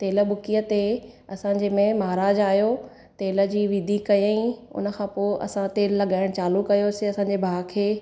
तेल बुकीअ ते असांजे में महाराज आहियो तेल जी विधी कयईं हुनखां पोइ असां तेल लॻाइणु चालू कयोसीं असांजे भाउ खे